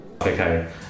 okay